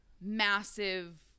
massive